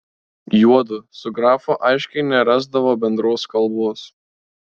juodu su grafu aiškiai nerasdavo bendros kalbos